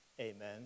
amen